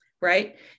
Right